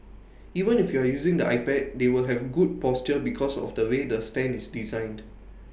even if you're using the iPad they will have good posture because of the way the stand is designed